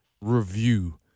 review